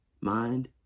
mind